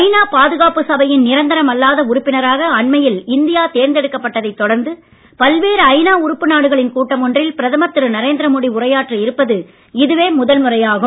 ஐ நா பாதுகாப்பு சபையின் நிரந்தரம் அல்லாத உறுப்பினராக அண்மையில் இந்தியா தேர்ந்தெடுக்கப்பட்டதைத் தொடர்ந்து பல்வேறு ஐ நா உறுப்பு நாடுகளின் கூட்டம் ஒன்றில் பிரதமர் திரு நரேந்திர மோடி உரையாற்ற இருப்பது இதுவே முதல் முறையாகும்